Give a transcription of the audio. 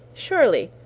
surely,